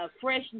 fresh